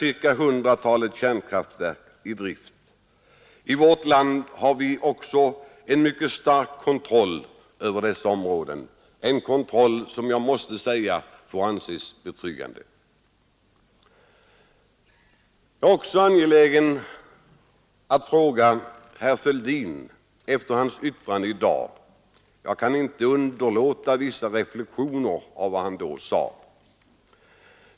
I vårt land har vi också en mycket stark kontroll över dessa områden, en kontroll som jag måste säga får anses betryggande. Jag kan inte underlåta att göra vissa reflexioner i anledning av vad herr Fälldin sade tidigare i dag.